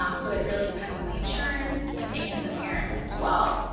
um so, it really depends on the insurance and the parents as well,